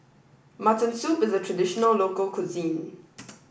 Mutton Soup is the traditional local cuisine